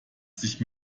sich